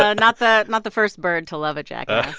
so not the not the first bird to love a jackass, ah?